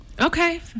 Okay